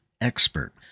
expert